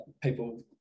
people